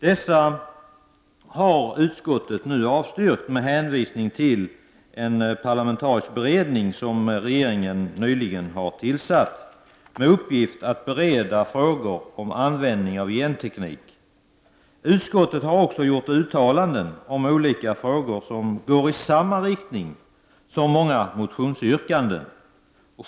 Dessa yrkanden har avstyrkts av utskottet med hänvisning till en parlamentarisk beredning, som regeringen nyligen har tillsatt med uppgift att bereda frågor om användning av genteknik. Utskottet har också gjort uttalanden om olika frågor som går i samma riktning som många motionsyrkanden.